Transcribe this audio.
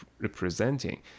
representing